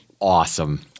awesome